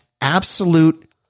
absolute